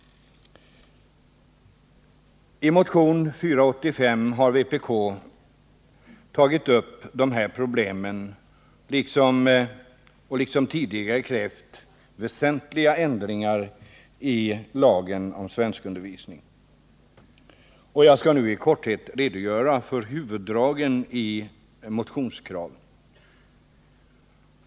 I motion nr 485 har vpk tagit upp dessa problem och liksom tidigare krävt väsentliga ändringar i lagen om svenskundervisning. Jag skall nu kort redogöra för huvuddragen i motionskraven.